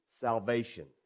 salvation